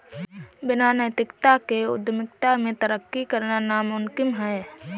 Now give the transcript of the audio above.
बिना नैतिकता के उद्यमिता में तरक्की करना नामुमकिन है